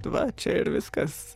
va čia ir viskas